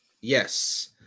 Yes